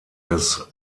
des